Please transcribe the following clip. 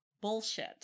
Bullshit